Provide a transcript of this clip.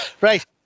right